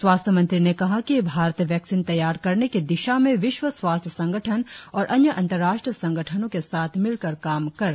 स्वास्थ्य मंत्री ने कहा कि भारत वैक्सीन तैयार करने की दिशा में विश्व स्वास्थ्य संगठन और अन्य अंतर्राष्ट्रीय संगठनों के साथ मिलकर काम कर रहा है